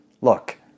look